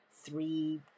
three